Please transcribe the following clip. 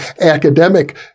academic